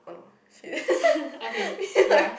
me and my